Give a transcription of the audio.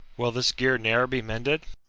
will this gear ne'er be mended?